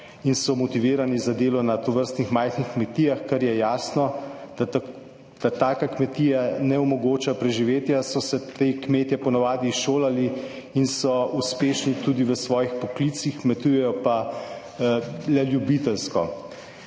in so motivirani za delo na tovrstnih majhnih kmetijah. Ker je jasno, da taka kmetija ne omogoča preživetja, so se ti kmetje ponavadi izšolali in so uspešni tudi v svojih poklicih, kmetujejo pa le ljubiteljsko.